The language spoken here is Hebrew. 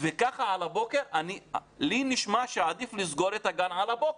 לי נשמע שעדיף לסגור את הגן על הבוקר.